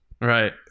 right